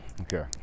okay